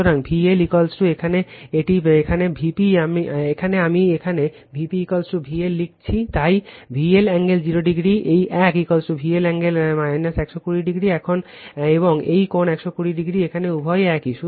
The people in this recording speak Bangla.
সুতরাং VL এখানে এটি এখানে Vp এখানে আমি এখানে Vp VL লিখেছি তাই VL কোণ 0o এই এক VL কোণ 120o এবং এই কোণ 120o এখানে উভয়ই একই